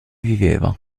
viveva